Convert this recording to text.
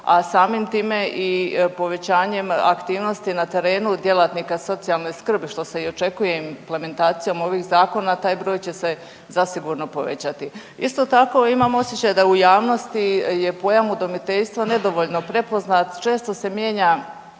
a samim time i povećanjem aktivnosti na terenu djelatnika socijalne skrbi, što se i očekuje implementacijom ovih zakona, taj broj će se zasigurno povećati. Isto tako, imam osjećaj da u javnosti je pojam udomiteljstvo nedovoljno prepoznat, često se mijenja,